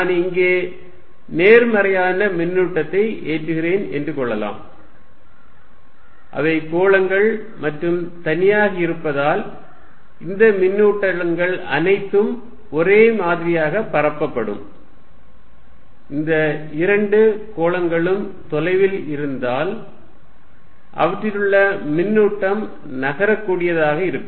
நான் இங்கே நேர்மறையான மின்னூட்டத்தை ஏற்றுகிறேன் என்று கொள்ளலாம் அவை கோளங்கள் மற்றும் தனியாக இருப்பதால் இந்த மின்னூட்டங்கள் அனைத்தும் ஒரே மாதிரியாக பரப்பப்படும் இந்த இரண்டு கோளங்களும் தொலைவில் இருந்தால் அவற்றிலுள்ள மின்னூட்டம் நகரக் கூடியதாக இருக்கும்